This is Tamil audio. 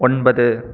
ஒன்பது